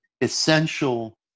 essential